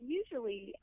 usually